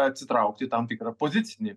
atsitraukti tam tikrą pozicinį